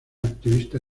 activista